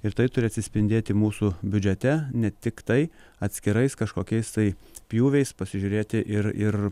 ir tai turi atsispindėti mūsų biudžete ne tiktai atskirais kažkokiais tai pjūviais pasižiūrėti ir ir